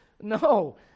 No